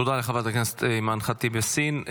תודה לחברת הכנסת אימאן ח'טיב יאסין.